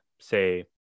say